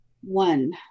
One